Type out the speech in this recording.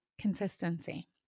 Consistency